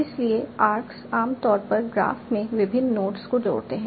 इसलिए आर्क्स आम तौर पर ग्राफ में विभिन्न नोड्स को जोड़ते हैं